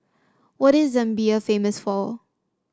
what is Zambia famous for